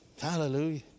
hallelujah